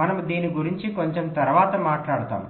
మనము దీని గురించి కొంచెం తరువాత మనట్లాడతాము